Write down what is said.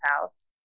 house